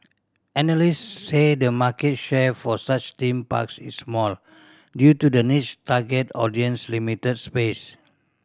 analysts say the market share for such theme parks is small due to the niche target audience and limited space